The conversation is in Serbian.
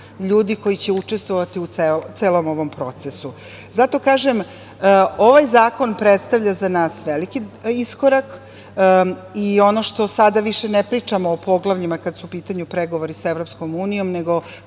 ljudi koji će učestvovati u celom ovom procesu. Zato kažem da ovaj zakon predstavlja za nas veliki iskorak i ono što sada više ne pričamo o poglavljima kada su u pitanju pregovori sa EU nego pričamo o